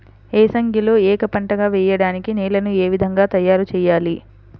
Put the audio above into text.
ఏసంగిలో ఏక పంటగ వెయడానికి నేలను ఏ విధముగా తయారుచేయాలి?